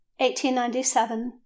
1897